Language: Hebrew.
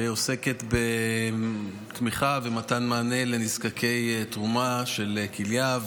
שעוסקת בתמיכה ובמתן מענה לנזקקים לתרומה של כליה.